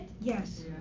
Yes